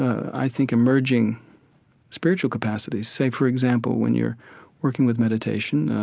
i think, emerging spiritual capacities. say, for example, when you're working with meditation,